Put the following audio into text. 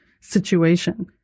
situation